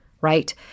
right